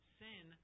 sin